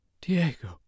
Diego